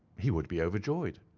he would be overjoyed.